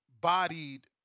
bodied